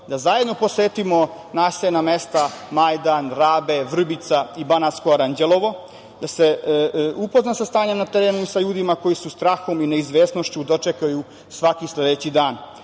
da zajedno posetimo naseljena mesta Majdan, Rabe, Vrbica i Banatsko Aranđelovo, da se upozna sa stanjem na terenu, sa ljudima koji sa strahom i neizvesnošću dočekuju svaki sledeći dan. Na